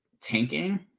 tanking